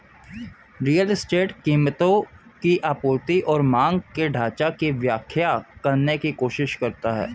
real estate कीमतों की आपूर्ति और मांग के ढाँचा की व्याख्या करने की कोशिश करता है